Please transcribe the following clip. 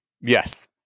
yes